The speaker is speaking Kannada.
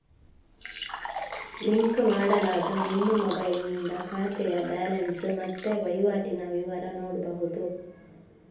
ಲಿಂಕ್ ಮಾಡಲಾದ ನಿಮ್ಮ ಮೊಬೈಲಿನಿಂದ ಖಾತೆಯ ಬ್ಯಾಲೆನ್ಸ್ ಮತ್ತೆ ವೈವಾಟಿನ ವಿವರ ನೋಡ್ಬಹುದು